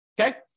okay